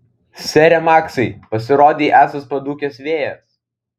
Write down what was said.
sere maksai pasirodei esąs padūkęs vėjas